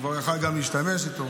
הוא כבר היה יכול להשתמש בזכות.